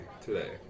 today